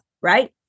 right